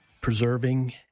preserving